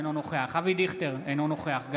אינו נוכח אבי דיכטר,